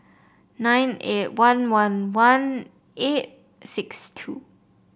nine eight one one one eight six two